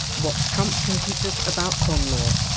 what trump can teach us about con law.